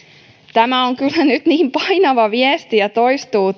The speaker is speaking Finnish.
tämä on kyllä nyt niin painava viesti ja toistuu